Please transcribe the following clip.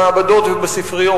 במעבדות ובספריות.